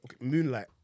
Moonlight